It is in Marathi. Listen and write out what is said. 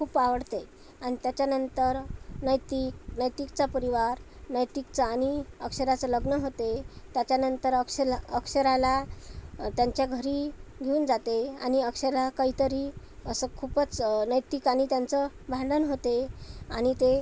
खूप आवडते आणि त्याच्यानंतर नैतिक नैतिकचा परिवार नैतिकचं आणि अक्षराचं लग्न होते त्याच्यानंतर अक्षला अक्षराला त्यांच्या घरी घेऊन जाते आणि अक्षरा काहीतरी असं खूपच नैतिक आणि त्यांचं भांडण होते आणि ते